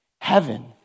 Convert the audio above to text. Heaven